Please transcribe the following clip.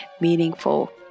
meaningful